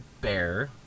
bear